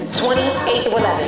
28-11